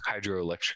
hydroelectric